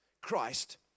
Christ